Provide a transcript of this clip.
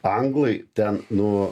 anglai ten nuo